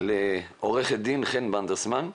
לעו"ד חן וונדרסמן,